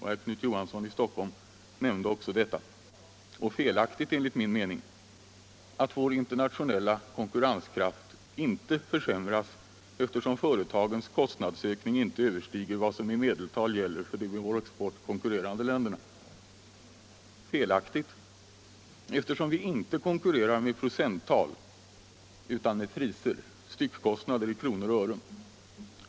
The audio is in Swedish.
— herr Knut Johansson i Stockholm nämnde också detta — att vår internationella konkurrenskraft inte försämras, eftersom företagens kostnadsökning inte överstiger vad som i medeltal gäller för de med vår export konkurrerande länderna. Detta är enligt min mening felaktigt, eftersom vi inte konkurrerar med procenttal utan med styckkostnader i kronor och ören.